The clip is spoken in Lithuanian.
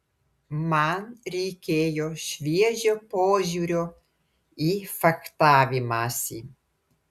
man reikėjo šviežio požiūrio į fechtavimąsi